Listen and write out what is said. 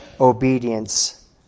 obedience